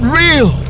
real